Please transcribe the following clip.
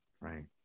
Right